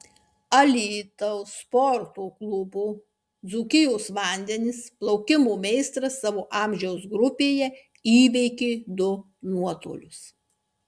alytaus sporto klubo dzūkijos vandenis plaukimo meistras savo amžiaus grupėje įveikė du nuotolius